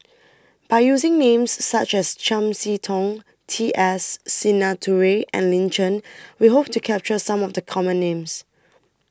By using Names such as Chiam See Tong T S Sinnathuray and Lin Chen We Hope to capture Some of The Common Names